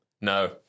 No